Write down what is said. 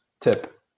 tip